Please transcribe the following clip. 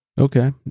Okay